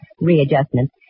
readjustment